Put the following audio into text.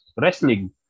wrestling